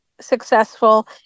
successful